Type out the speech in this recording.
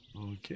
Okay